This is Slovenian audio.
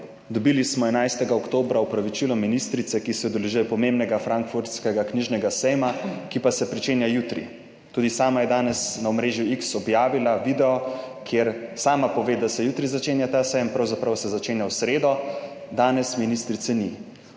oktobra smo dobili opravičilo ministrice, ki se udeležuje pomembnega Frankfurtskega knjižnega sejma, ki pa se pričenja jutri. Tudi sama je danes na omrežju X objavila video, kjer sama pove, da se jutri začenja ta sejem, pravzaprav se začenja v sredo, danes ministrice ni.